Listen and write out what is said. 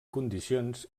condicions